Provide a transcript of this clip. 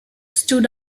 stood